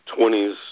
20s